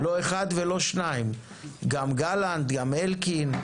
לא אחד ולא שניים גם גלנט גם אלקין,